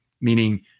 meaning